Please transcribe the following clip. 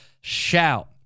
shout